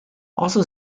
also